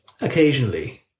occasionally